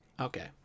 okay